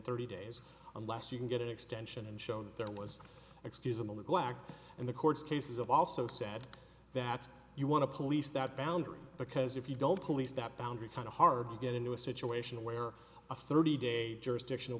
thirty days unless you can get an extension and show that there was excusable neglect and the courts cases of also said that you want to police that boundary because if you don't police that boundary kind of hard to get into a situation where a thirty day jurisdiction